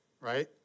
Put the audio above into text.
right